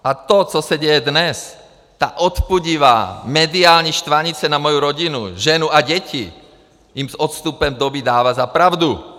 A to, co se děje dnes, ta odpudivá mediální štvanice na moji rodinu, ženu a děti jim s odstupem doby dává za pravdu.